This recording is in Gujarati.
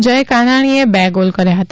જય કાનાણીએ બે ગોલ કર્યા હતા